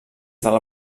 del